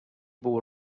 був